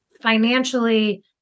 financially